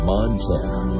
Montana